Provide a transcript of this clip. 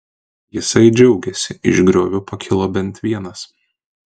jisai džiaugėsi iš griovio pakilo bent vienas